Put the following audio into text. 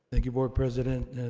thank you, board president,